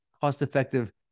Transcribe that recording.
cost-effective